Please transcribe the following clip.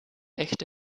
echte